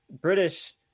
british